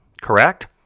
Correct